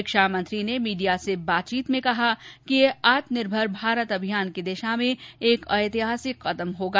शिक्षा मंत्री ने मीडिया से बातचीत मेंकहा कि यह आत्मनिर्भर भारत अभियान की दिशा में एक ऐतिहासिक कदम होगा